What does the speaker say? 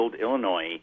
Illinois